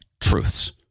truths